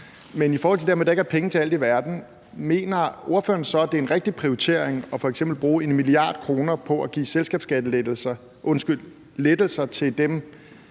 Men i forhold til det med, at der ikke er penge til alt i verden, mener ordføreren så, det er en rigtig prioritering f.eks. at bruge 1 mia. kr. på at give skattelettelser til